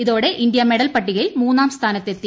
ഇതോടെ India medal പട്ടികയിൽ മൂന്നാം സ്ഥാനത്തെത്തി